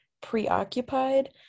preoccupied